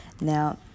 Now